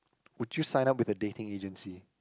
would you sign up with a dating agency